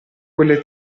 quelle